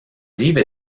livre